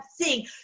seeing